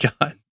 God